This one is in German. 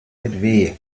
mit